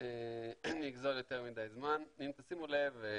שימו לב,